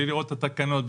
בלי לראות את התקנות,